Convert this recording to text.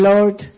Lord